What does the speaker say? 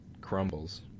crumbles